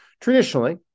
traditionally